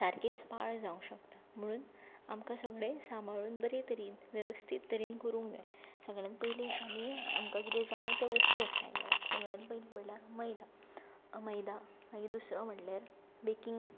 सारकीच पाड जावंक शकता म्हुणून आमकां सगळें सांबाळून बरे तरेन वेवस्थीत तरेन करूंक जाय सगळ्यान पयली आमी आमकां किदें जाय ते वस्तू एकठांय करप सगळ्यान पयली म्हळ्ळ्या मैदा मैदा मागीर दुसरो म्हळ्ळ्यार बेकींग